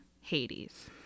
Hades